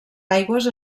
aigües